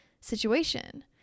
situation